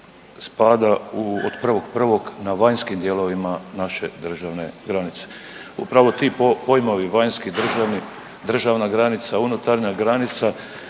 spada od 1.1. na vanjskim dijelovima naše državne granice. Upravo ti pojmovi vanjski, državni, državna granica, unutarnja granica